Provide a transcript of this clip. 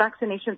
vaccinations